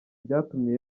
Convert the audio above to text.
byatumye